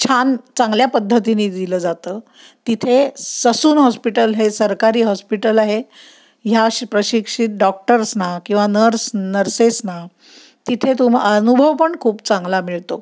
छान चांगल्या पद्धतीने दिलं जातं तिथे ससून हॉस्पिटल हे सरकारी हॉस्पिटल आहे ह्या श प्रशिक्षित डॉक्टर्सना किंवा नर्स नर्सेसना तिथे तुम अनुभव पण खूप चांगला मिळतो